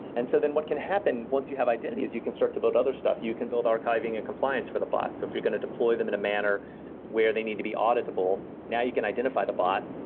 and so then what can happen once you have identity is you can start to build other stuff. you can build archiving and compliance for the bot. so if you're going to deploy them in a manner where they need to be auditable, now you can identify the bot,